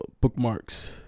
Bookmarks